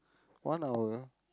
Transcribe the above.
one hour